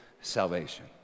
salvation